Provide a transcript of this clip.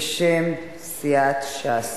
בשם סיעת ש"ס.